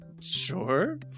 Sure